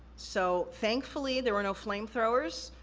so, thankfully there were no flamethrowers,